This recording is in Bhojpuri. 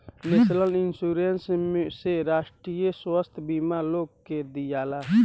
नेशनल इंश्योरेंस से राष्ट्रीय स्वास्थ्य बीमा लोग के दियाला